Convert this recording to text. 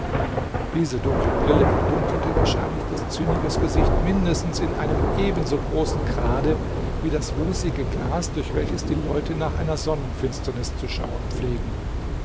diese dunkle brille verdunkelte wahrscheinlich des zynikers gesicht mindestens in einem ebenso großen grade wie das rußige glas durch welches die leute nach einer sonnenfinsternis zu schauen pflegen